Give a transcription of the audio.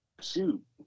shoot